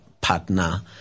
partner